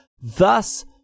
Thus